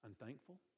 unthankful